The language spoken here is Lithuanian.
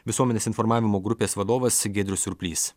visuomenės informavimo grupės vadovas giedrius surplys